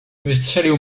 wystrzelił